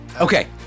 Okay